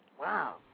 Wow